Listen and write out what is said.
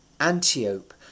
Antiope